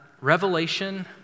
Revelation